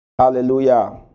Hallelujah